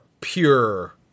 pure